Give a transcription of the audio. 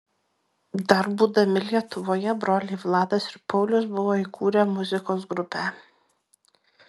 dar būdami lietuvoje broliai vladas ir paulius buvo įkūrę muzikos grupę